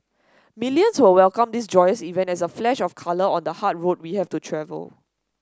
millions will welcome this joyous event as a flash of colour on the hard road we have to travel